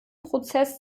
prozess